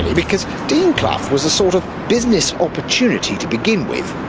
because dean clough was a sort of business opportunity to begin with,